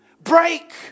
Break